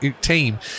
team